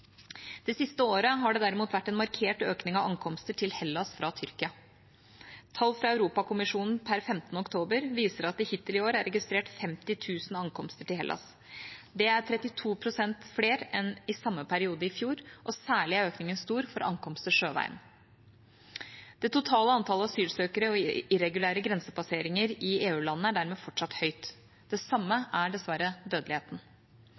Det siste året har det derimot vært en markert økning av ankomster til Hellas fra Tyrkia. Tall fra Europakommisjonen per 15. oktober viser at det hittil i år er registrert 50 000 ankomster til Hellas. Det er 32 pst. flere enn i samme periode i fjor, og særlig er økningen stor for ankomster sjøveien. Det totale antallet asylsøkere og irregulære grensepasseringer i EU-landene er dermed fortsatt høyt. Det samme er dessverre dødeligheten.